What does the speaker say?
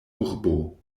urbo